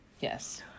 Yes